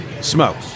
smoke